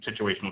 situational